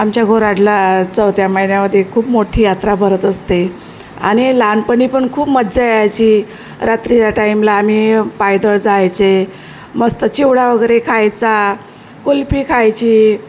आमच्या घोराडला चौथ्या महिन्यामध्ये खूप मोठी यात्रा भरत असते आणि लहानपणी पण खूप मज्जा यायची रात्रीच्या टाईमला आम्ही पायदळ जायचे मस्त चिवडा वगैरे खायचा कुल्फी खायची